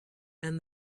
and